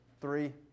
Three